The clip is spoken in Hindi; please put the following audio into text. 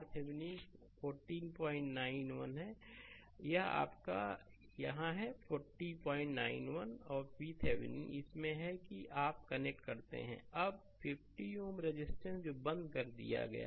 अबRThevenin 4091 है और यहाँ यह आपका यहाँ है यह 4091 है और VThevenin इसमें है कि आप कनेक्ट करते हैं अब 50 Ω रजिस्टेंस जो बंद कर दिया गया था